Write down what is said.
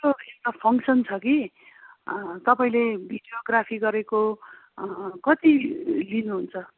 एउटा फङ्सन छ कि तपाईँले भिडियोग्राफी गरेको कति लिनुहुन्छ